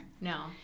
No